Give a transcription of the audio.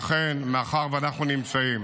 לכן, מאחר שאנחנו נמצאים